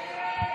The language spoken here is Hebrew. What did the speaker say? הסתייגות 7